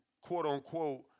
quote-unquote